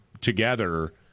together